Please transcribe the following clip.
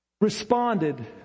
responded